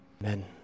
amen